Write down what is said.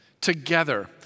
together